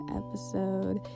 episode